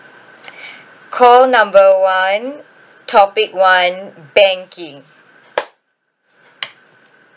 call number one topic one banking